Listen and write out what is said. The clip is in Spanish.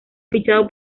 fichado